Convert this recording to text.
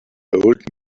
old